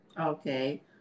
Okay